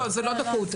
אלה לא דקויות.